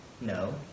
No